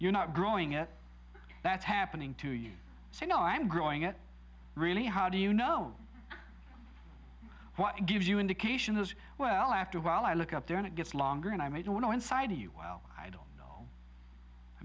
you're not growing it that's happening to you so you know i'm growing it really how do you know what gives you indication as well after a while i look up there and it gets longer and i don't know inside you well i don't know i